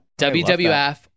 WWF